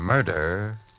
Murder